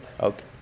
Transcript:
Okay